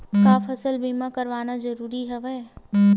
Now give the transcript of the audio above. का फसल बीमा करवाना ज़रूरी हवय?